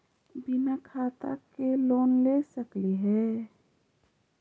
बिना खाता के लोन ले सकली हे?